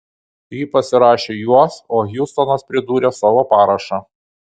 ji pasirašė juos o hjustonas pridūrė savo parašą